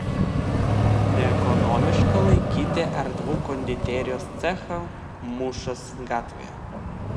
neekonomiška laikyti erdvų konditerijos cechą mūšos gatvėje